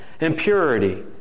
impurity